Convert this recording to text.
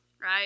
right